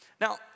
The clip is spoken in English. Now